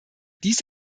dies